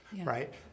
right